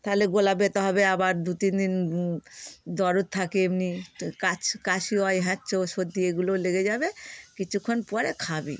গলা ব্যথা হবে আবার দু তিন দিন দরদ থাকে এমনি কা কাশি হয় হ্যাচ্চো সর্দি এগুলোও লেগে যাবে কিছুক্ষণ পরে খাবে